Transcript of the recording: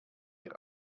ihr